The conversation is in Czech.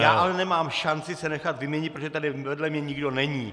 Já nemám šanci se nechat vyměnit, protože tady vedle mě nikdo není.